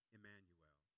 Emmanuel